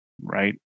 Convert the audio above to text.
right